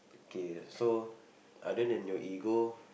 okay so other than your ego